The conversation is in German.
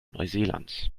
neuseelands